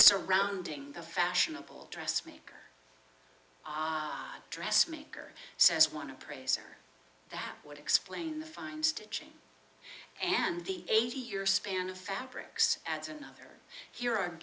surrounding a fashionable dressmaker dress maker says one appraiser that would explain the fine stitching and the eighty year span of fabrics as another